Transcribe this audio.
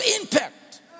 impact